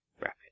rapid